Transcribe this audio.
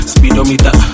Speedometer